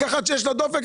רק אחת שיש לה דופק,